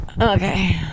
Okay